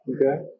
Okay